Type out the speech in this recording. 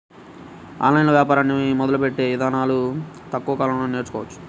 online వ్యాపారాన్ని మొదలుపెట్టే ఇదానాలను తక్కువ కాలంలోనే నేర్చుకోవచ్చు